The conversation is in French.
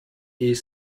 est